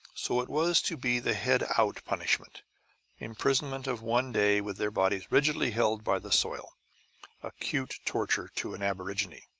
so it was to be the head out punishment imprisonment of one day with their bodies rigidly held by the soil acute torture to an aborigine